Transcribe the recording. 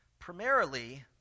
Primarily